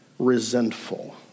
resentful